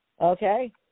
Okay